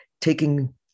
taking